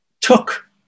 took